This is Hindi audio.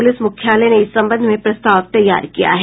पुलिस मुख्यालय ने इस संबंध में प्रस्ताव तैयार किया है